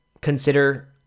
consider